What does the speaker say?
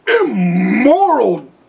immoral